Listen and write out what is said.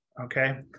Okay